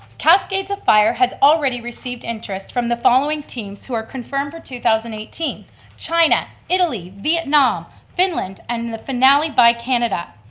cascades of fire has already received interest from the following teams who are confirmed for two thousand and eighteen china, italy, vietnam, finland and the finale by canada.